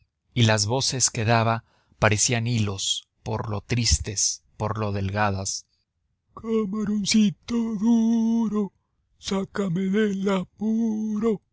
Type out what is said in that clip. y las voces que daba parecían hilos por lo tristes por lo delgadas p camaroncito duro sácame del